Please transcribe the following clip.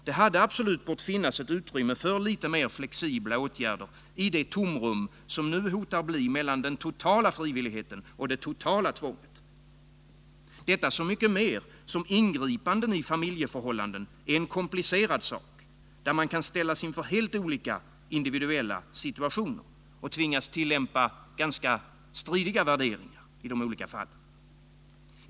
Det hade absolut bort finnas utrymme för mer flexibla åtgärder i det tomrum som nu hotar mellan den totala frivilligheten och det totala tvånget. Detta så mycket mer som ingripanden i familjeförhållanden är en komplicerad sak där man kan ställas inför helt olika individuella situationer och tvingas tillämpa ganska stridiga värderingar i de olika fallen.